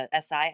SI